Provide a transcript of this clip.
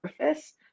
surface